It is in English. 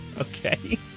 Okay